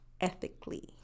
ethically